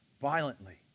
violently